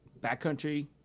backcountry